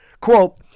Quote